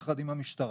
יחד עם המשטרה,